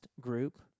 group